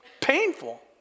painful